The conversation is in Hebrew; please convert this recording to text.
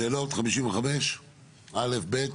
שאלות על סעיף 55 (א), (ב)